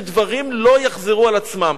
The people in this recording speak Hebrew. שדברים לא יחזרו על עצמם.